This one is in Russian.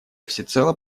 всецело